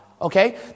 Okay